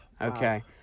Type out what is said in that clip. Okay